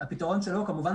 הפתרון שלו כמובן,